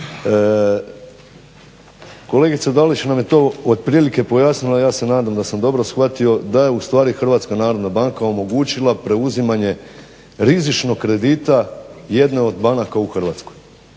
Kolegica Dalić nam je to otprilike pojasnila. Ja se nadam da sam dobro shvatio da je u stvari Hrvatska narodna banka omogućila preuzimanje rizičnog kredita jedne od banaka u Hrvatskoj.